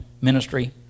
ministry